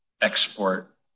export